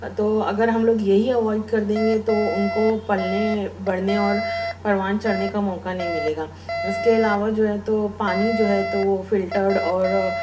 تو اگر ہم لوگ یہی اوائیڈ کر دیں گے تو ان کو پلنے بڑھنے اور پروان چڑھنے کا موقع نہیں ملے گا اس کے علاوہ جو ہے تو پانی جو ہے تو فلٹرڈ اور